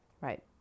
Right